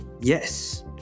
yes